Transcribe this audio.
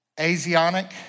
Asiatic